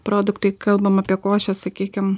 produktai kalbam apie košes sakykim